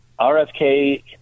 RFK